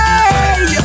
Hey